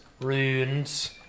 Runes